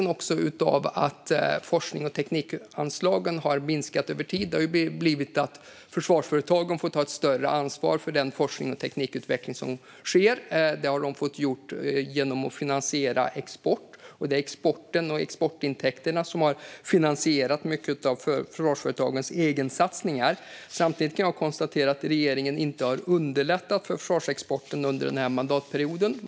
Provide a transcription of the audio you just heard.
En konsekvens av att forsknings och teknikutvecklingsanslagen minskat över tid har blivit att försvarsföretagen fått ta större ansvar för den forskning och teknikutveckling som sker. Det är exportintäkterna som har finansierat mycket av försvarsföretagens egensatsningar. Samtidigt kan jag konstatera att regeringen inte har underlättat för försvarsexporten under den här mandatperioden.